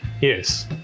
yes